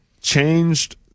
changed